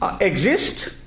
exist